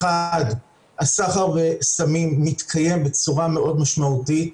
אחד הסחר בסמים מתקיים בצורה מאוד משמעותית,